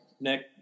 Nick